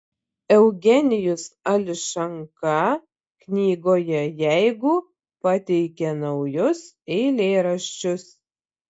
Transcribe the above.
eugenijus ališanka knygoje jeigu pateikia naujus eilėraščius